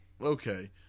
Okay